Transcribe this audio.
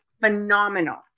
phenomenal